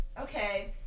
okay